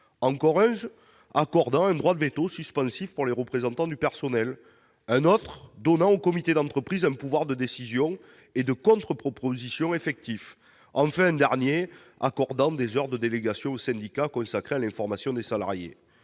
amendement accordant un droit de veto suspensif pour les représentants du personnel, à celui qui donne au comité d'entreprise un pouvoir de décision et de contre-proposition effectif ou à celui qui accorde des heures de délégation aux syndicats consacrées à l'information des salariés.